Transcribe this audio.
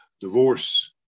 divorce